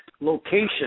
location